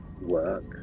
work